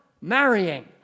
marrying